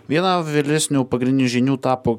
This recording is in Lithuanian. viena vėlesnių pagrindinių žinių tapo